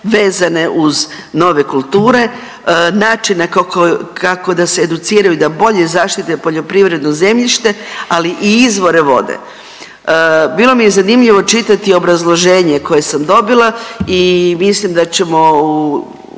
vezane uz nove kulture, načina kako da se educiraju, da bolje zaštite poljoprivredno zemljište, ali i izvore vode. Bilo mi je zanimljivo čitati obrazloženje koje sam dobila i mislim da ćemo